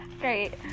Great